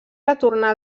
retornar